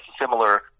similar